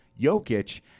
Jokic